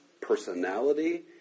personality